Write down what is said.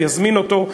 יזמין אותו,